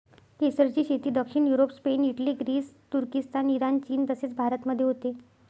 केसरची शेती दक्षिण युरोप, स्पेन, इटली, ग्रीस, तुर्किस्तान, इराण, चीन तसेच भारतामध्ये होते